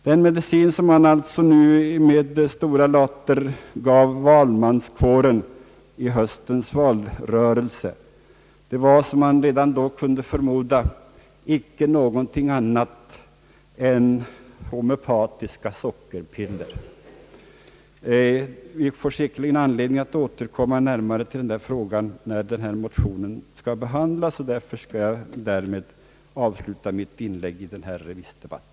Den medicin som man således nu med stora later gav valmanskåren i höstens valrörelse var, som man redan då kunde förmoda, icke någonting annat än homeopatiska sockerpiller. Vi får anledning att närmare återkomma till denna fråga när motionen skall behandlas, och jag vill därför nu sluta mitt inlägg i denna remissdebatt.